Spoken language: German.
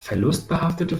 verlustbehaftete